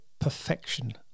perfection